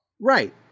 Right